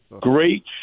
Great